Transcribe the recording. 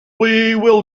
will